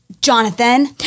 Jonathan